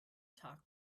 talk